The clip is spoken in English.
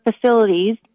facilities